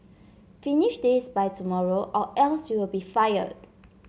finish this by tomorrow or else you'll be fired